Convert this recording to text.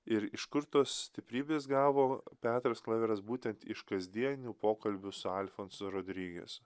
ir iš kur tos stiprybės gavo petras klaveras būtent iš kasdienių pokalbių su alfonsu rodriges